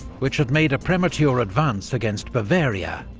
which had made a premature advance against bavaria,